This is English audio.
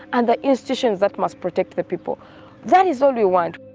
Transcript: and the institutions that must protect the people that is all we want